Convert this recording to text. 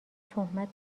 تهمت